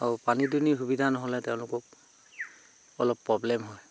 আৰু পানী দুনি সুবিধা নহ'লে তেওঁলোকক অলপ প্ৰব্লেম হয়